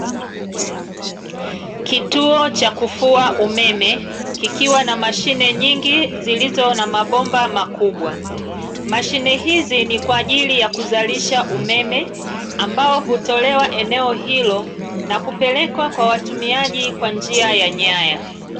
Kituo cha kufua umeme kikiwa na mashine nyingi zilizo na mabomba makubwa. Mashine hizi ni kwa ajili ya kuzalisha umeme ambao hutolewa eneo hilo na kupelekwa kwa watumiaji kwa njia ya nyaya.